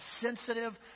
sensitive